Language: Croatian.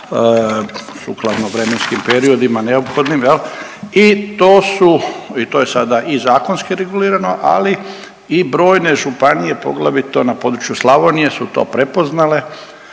sukladno vremenskim periodima neophodnim jel i to su i to je sada i zakonski regulirano, ali i brojne županije, poglavito na području Slavonije su to prepoznale